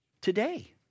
today